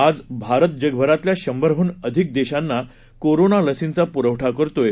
आजभारतजगभरातल्याशंभरहूनअधिकदेशांनाकोरोनालसींचापुरवठाकरतोय